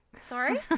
sorry